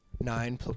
Nine